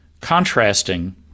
contrasting